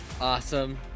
Awesome